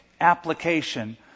application